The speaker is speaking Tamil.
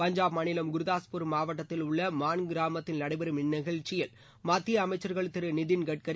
பஞ்சாப் மாநிலம் குர்தாஸ்பூர் மாவட்டத்தில் உள்ள மான் கிராமத்தில் நடைபெறும் இந்நிகழ்ச்சியில் மத்திய அமைச்சர்கள் திரு நிதின் கட்கரி